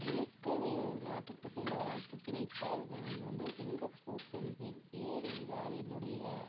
எனக்கு வேறு ஒரு நாட்டிற்கு செல்ல வாய்ப்பு கிடைத்தால் நான் வந்து சிங்கப்பூர் செல்வேன் ஏன் என்றால் என்னுடைய